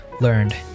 learned